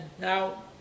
Now